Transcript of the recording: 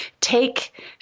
take